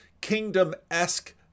kingdom-esque